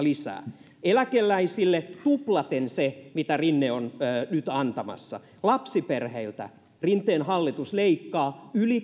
lisää eläkeläisille tuplaten sen mitä rinne on nyt antamassa lapsiperheiltä rinteen hallitus leikkaa yli